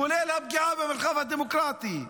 כולל הפגיעה במרחב הדמוקרטי,